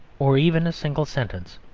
or even a single sentence.